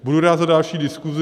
Budu rád za další diskuzi.